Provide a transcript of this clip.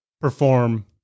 perform